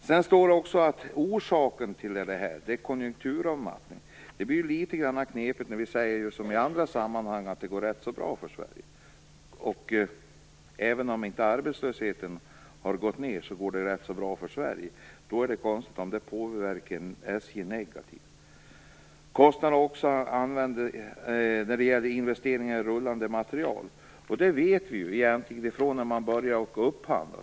Det står också i svaret att orsaken till situationen är konjunkturavmattning. Det blir litet grand knepigt, eftersom vi i andra sammanhang säger att det går rätt så bra för Sverige. Även om inte arbetslösheten har gått ned går det rätt så bra för Sverige. Det vore konstigt om det påverkar SJ negativt. Man använder också argumentet att det varit höga kostnader för investeringar i rullande materiel. Det vet vi från när man började att upphandla.